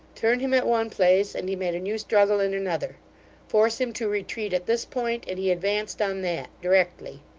turn him at one place, and he made a new struggle in another force him to retreat at this point, and he advanced on that, directly.